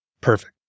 Perfect